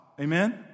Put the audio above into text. Amen